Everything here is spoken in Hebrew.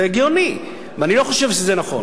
זה הגיוני, ואני לא חושב שזה נכון.